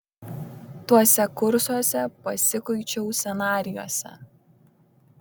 tuose kursuose pasikuičiau scenarijuose